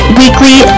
weekly